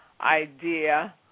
idea